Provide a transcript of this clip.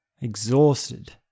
exhausted